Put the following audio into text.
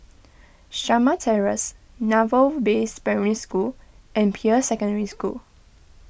Shamah Terrace Naval Base Primary School and Peirce Secondary School